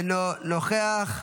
אינו נוכח,